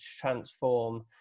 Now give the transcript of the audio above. transform